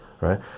right